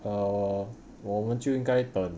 err 我们就应该等